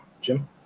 Jim